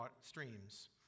streams